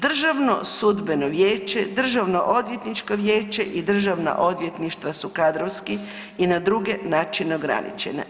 Državno sudbeno vijeće, Državno odvjetničko vijeće i državna odvjetništva su kadrovski i na druge načine ograničena.